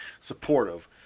supportive